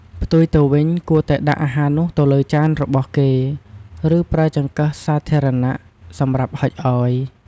ផ្ទុយទៅវិញ គួរតែដាក់អាហារនោះទៅលើចានរបស់គេ ឬប្រើចង្កឹះសាធារណៈ សម្រាប់ហុចឱ្យ។